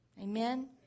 Amen